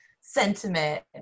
sentiment